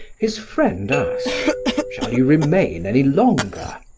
his friend asked shall you remain any longer?